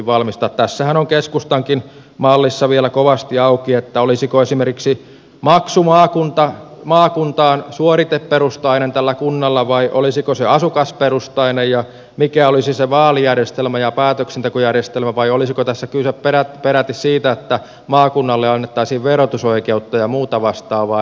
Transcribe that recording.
tässähän on keskustankin mallissa vielä kovasti auki se olisiko esimerkiksi maksu maakuntaan suoriteperustainen tällä kunnalla vai olisiko se asukasperustainen ja mikä olisi se vaalijärjestelmä ja päätöksentekojärjestelmä vai olisiko tässä kyse peräti siitä että maakunnalle annettaisiin verotusoikeutta ja muuta vastaavaa